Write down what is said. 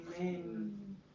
Amen